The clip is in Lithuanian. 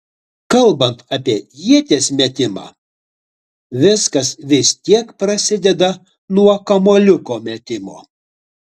kalbant apie ieties metimą viskas vis tiek prasideda nuo kamuoliuko metimo